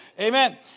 Amen